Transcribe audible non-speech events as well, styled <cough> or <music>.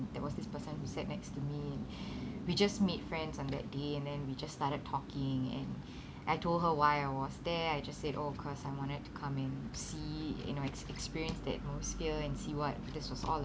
there was this person who sat next to me <breath> we just made friends on that day and then we just started talking and <breath> I told her why I was there I just said oh cause I wanted to come and see you know ex~ experience the atmosphere and see what this was all